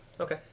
Okay